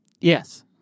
Yes